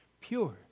pure